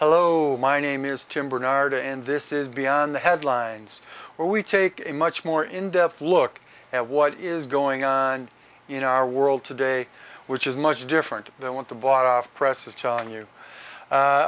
hello my name is tim barnard and this is beyond the headlines where we take a much more in depth look at what is going on in our world today which is much different than what the bought off press is t